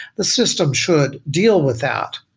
the system should deal with that,